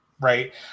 right